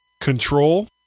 control